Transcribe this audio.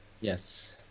Yes